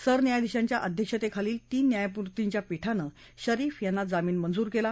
सरन्यायाधीशांच्या अध्यक्षतेखालील तीन न्यायमूर्तींच्या पीठानं शरीफ यांना जामीन मंजूर केला